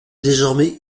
désormais